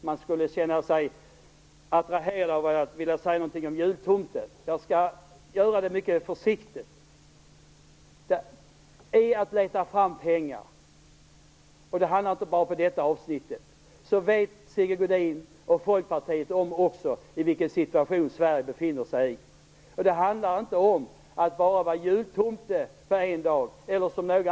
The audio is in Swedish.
Jag skall göra det mycket försiktigt, eftersom det är allvarliga frågor. När det gäller att leta fram pengar - det handlar inte bara om detta avsnitt - vet Sigge Godin och Folkpartiet vilken situation Sverige befinner sig i. Det handlar inte om att vara jultomte för en dag.